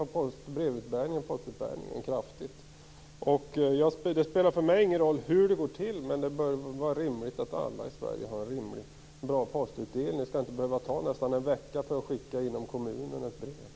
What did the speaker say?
Postutdelningen har kraftigt försämrats. Det spelar för mig ingen roll hur det går till, men det är rimligt att alla i Sverige har en bra postutdelning. Det skall inte behöva ta nästan en vecka att skicka ett brev inom en kommun.